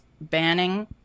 banning